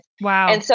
Wow